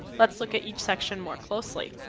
let's look at each section more closely.